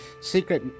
secret